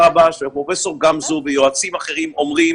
ברבש ופרופ' גמזו ויועצים אחרים אומרים